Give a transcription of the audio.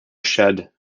shad